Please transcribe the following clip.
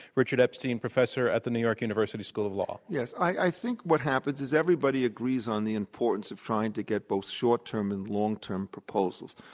richard epstein, professor at the new york university school of law. yes, i think what happens is everybody agrees on the importance of trying to get both short term and long term proposals.